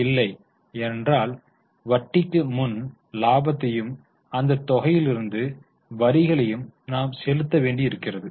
இல்லை ஏனென்றால் வட்டிக்கு முன் லாபத்தையும் அந்தத் தொகையிலிருந்து வரிகளையும் நாம் செலுத்த வேண்டி இருக்கிறது